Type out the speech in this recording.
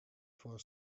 for